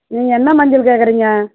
நீங்கள் என்ன மஞ்சள் கேட்குறிங்க